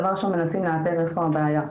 דבר ראשון מנסים לאתר איפה הבעיה.